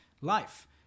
life